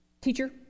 Teacher